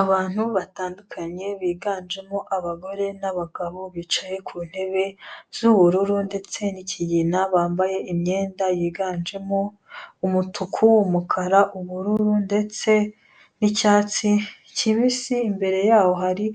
Abantu batandukanye biganjemo abagore n'abagabo, bicaye ku ntebe z'ubururu ndetse n'ikigina, bambaye imyenda yiganjemo umutuku, umukara, ubururu ndetse n'icyatsi kibisi, imbere yaho hari